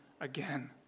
again